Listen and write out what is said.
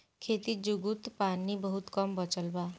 खेती जुगुत पानी बहुत कम बचल बा